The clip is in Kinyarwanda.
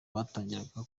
batangiraga